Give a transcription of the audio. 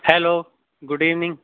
hello good evening